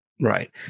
Right